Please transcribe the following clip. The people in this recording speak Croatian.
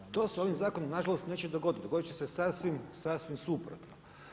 To se ovim zakonom nažalost neće dogoditi, dogoditi će se sasvim suprotno.